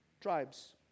tribes